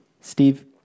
Steve